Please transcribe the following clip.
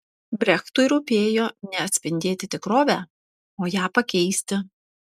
brechtui rūpėjo ne atspindėti tikrovę o ją pakeisti